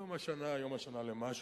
יום השנה למשהו.